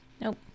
Nope